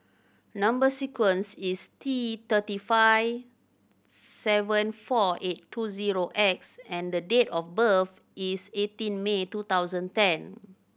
number sequence is T thirty five seven four eight two zero X and the date of birth is eighteen May two thousand ten